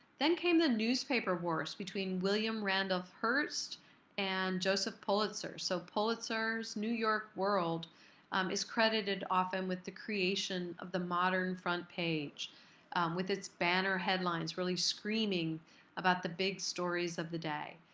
then came the newspaper wars between william randolph hearst and joseph pulitzer. so pulitzer's new york world is credited often with the creation of the modern front page with its banner headlines really screaming about the big stories of the day.